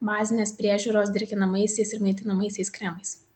bazinės priežiūros drėkinamaisiais ir maitinamaisiais kremais